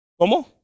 ¿Cómo